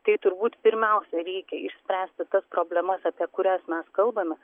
tai turbūt pirmiausia reikia išspręsti tas problemas apie kurias mes kalbame